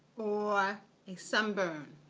or a sunburn.